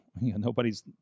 nobody's